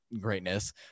greatness